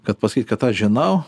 kad pasakyt kad aš žinau